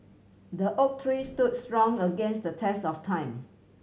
the oak tree stood strong against the test of time